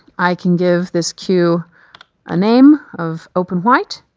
i can give this cue a name of open white.